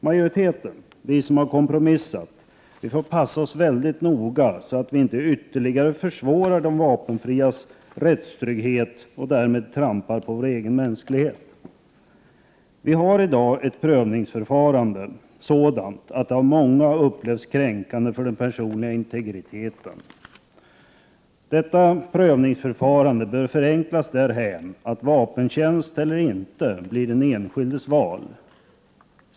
Majoriteten — vi som har kompromissat — får passa oss väldigt noga så att vi inte ytterligare försämrar de vapenfrias rättstrygghet och därmed trampar på vår egen mänsklighet. Vi har i dag ett prövningsförfarande som av många upplevs som kränkande för den personliga integriteten. Prövningsförfarandet bör förenklas därhän att vapentjänst eller inte blir den enskildes val.